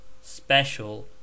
Special